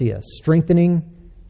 strengthening